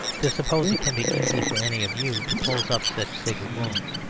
to suppose it can be easy for any of you to close up such sacred wounds.